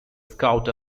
scout